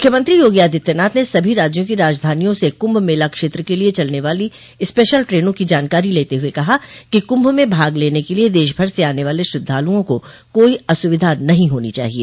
मुख्यमंत्री योगी आदित्यनाथ ने सभी राज्यों की राजधानियों से कुंभ मेला क्षेत्र के लिए चलने वाली स्पेशल ट्रेनों की जानकारी लेते हुए कहा कि कुंभ में भाग लेने के लिए देशभर से आने वाले श्रद्वालुओं को कोई असुविधा नहीं होनी चाहिए